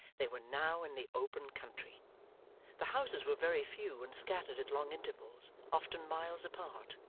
they were now in the open country the houses were very few and scattered at long intervals, often miles apart.